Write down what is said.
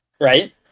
right